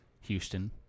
Houston